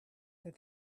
that